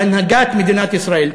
והנהגת מדינת ישראל,